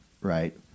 right